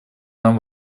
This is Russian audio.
нам